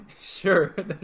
Sure